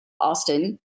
Austin